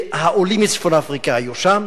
שהעולים מצפון-אפריקה היו שם,